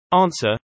Answer